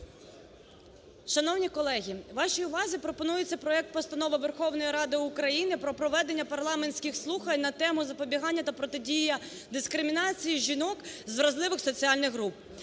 Шановні колеги! Вашій увазі пропонується проект Постанови Верховної Ради України про проведення парламентських слухань на тему: "Запобігання та протидія дискримінації жінок з вразливих соціальних груп".